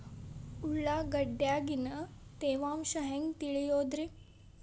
ಉಳ್ಳಾಗಡ್ಯಾಗಿನ ತೇವಾಂಶ ಹ್ಯಾಂಗ್ ತಿಳಿಯೋದ್ರೇ?